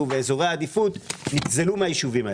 ואזורי עדיפות נגזלו מהיישובים האלה.